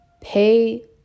Pay